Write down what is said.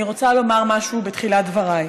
אני רוצה לומר משהו בתחילת דבריי.